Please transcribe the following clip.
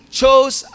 chose